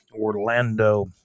Orlando